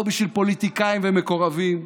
לא בשביל פוליטיקאים ומקורבים,